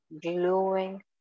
glowing